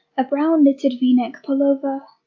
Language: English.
a brown knitted v-neck pullover,